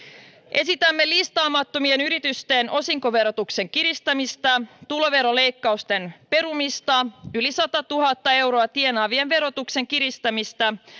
esitämme listaamattomien yritysten osinkoverotuksen kiristämistä tuloveroleikkausten perumista yli satatuhatta euroa tienaavien verotuksen kiristämistä